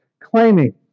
claiming